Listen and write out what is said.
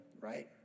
right